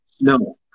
No